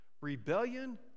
rebellion